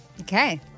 Okay